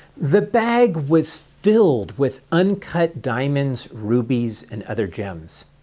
the bag was filled with uncut diamonds, rubies and other gems.